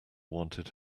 wanted